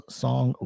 song